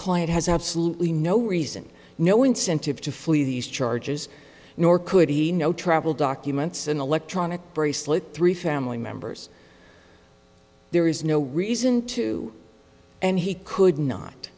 client has absolutely no reason no incentive to flee these charges nor could he know travel documents an electronic bracelet three family members there is no reason to and he could not